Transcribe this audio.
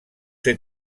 ser